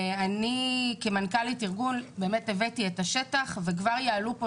אני כמנכ"לית ארגון באמת הבאתי את השטח וכבר יעלו כאן